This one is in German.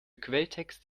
quelltext